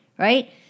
right